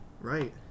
right